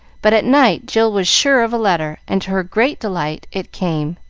but at night jill was sure of a letter, and to her great delight it came.